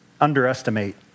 underestimate